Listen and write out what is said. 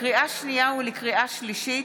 לקריאה שנייה ולקריאה שלישית: